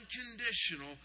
Unconditional